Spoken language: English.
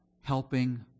helping